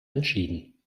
entschieden